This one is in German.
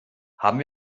haben